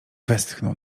westchnął